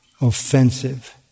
offensive